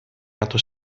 gatto